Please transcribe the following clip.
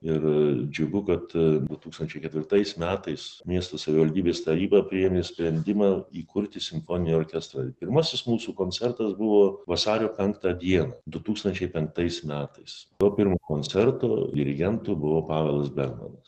ir džiugu kad du tūkstančiai ketvirtais metais miesto savivaldybės taryba priėmė sprendimą įkurti simfoninį orkestrą ir pirmasis mūsų koncertas buvo vasario penktą dieną du tūkstančiai penktais metais to pirmo koncerto dirigentu buvo pavelas bernhamas